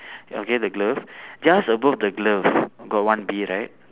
okay the glove just above the glove got one bee right